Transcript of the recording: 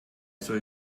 soll